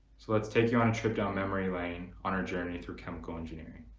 so let's take you on a trip down memory lane on our journey through chemical engineering.